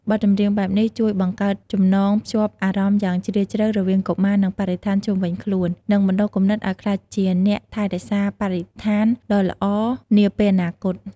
បទចម្រៀងបែបនេះជួយបង្កើតចំណងភ្ជាប់អារម្មណ៍យ៉ាងជ្រាលជ្រៅរវាងកុមារ និងបរិស្ថានជុំវិញខ្លួន និងបណ្ដុះគំនិតឲ្យក្លាយជាអ្នកថែរក្សាបរិស្ថានដ៏ល្អនាពេលអនាគត។